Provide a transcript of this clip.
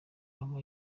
aba